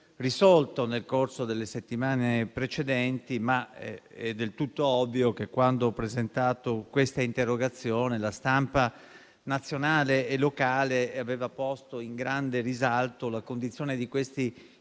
risolto nel corso delle settimane precedenti, ma è del tutto ovvio che, quando ho presentato quest'interrogazione, la stampa nazionale e locale aveva posto in grande risalto la condizione di questi